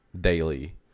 daily